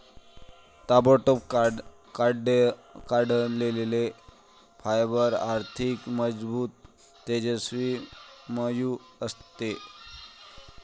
ताबडतोब काढलेले फायबर अधिक मजबूत, तेजस्वी, मऊ असते